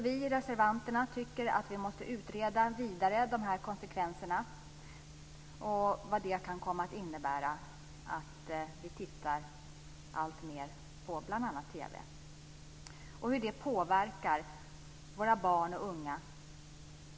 Vi reservanter tycker att vi måste utreda dessa konsekvenser vidare och vad det kan komma att innebära att de tittar alltmer på bl.a. TV och hur det påverkar våra barn och unga.